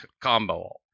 combo